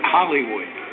Hollywood